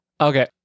Okay